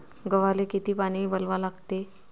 गव्हाले किती पानी वलवा लागते?